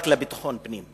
רק ביטחון פנים.